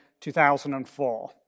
2004